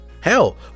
Hell